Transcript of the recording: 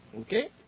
Okay